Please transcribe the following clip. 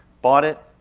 bought it,